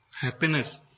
happiness